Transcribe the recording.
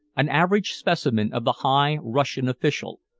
an average specimen of the high russian official,